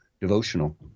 devotional